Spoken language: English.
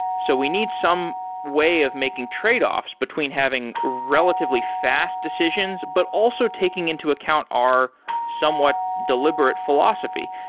so we need some way of making trade-offs between having relatively fast decisions, but also taking into account our somewhat deliberate philosophy.